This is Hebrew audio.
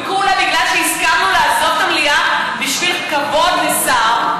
וכולה בגלל שהסכמנו לעזוב את המליאה בשביל כבוד לשר,